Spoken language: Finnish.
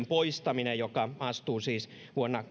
poistaminen joka astuu siis vuonna